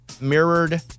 mirrored